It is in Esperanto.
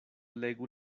legu